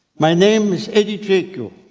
my name is eddie jaku,